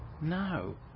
No